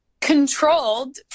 controlled